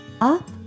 up